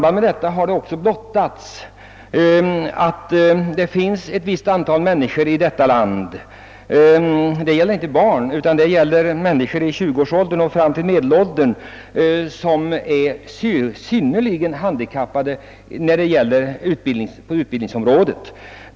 Det har emellertid visat sig att ett antal människor i detta land — det gäller inte barn utan vuxna människor i 20-års åldern och ända upp i medelåldern — är synnerligen handikappade i fråga om utbildning.